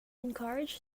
encouraged